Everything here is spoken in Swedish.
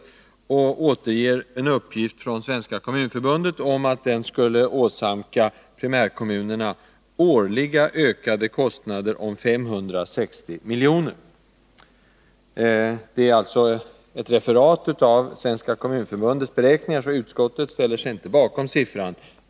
Utskottet återger en uppgift från Svenska kommunförbundet att den reformen skulle åsamka primärkommunerna årliga ökade kostnader på 560 milj.kr. Det är ett referat av Svenska kommunförbundets beräkningar. Utskottet ställer sig inte bakom siffran.